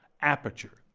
aperture,